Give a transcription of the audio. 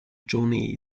journey